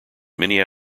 many